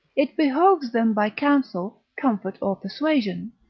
it behoves them by counsel, comfort, or persuasion,